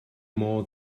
mor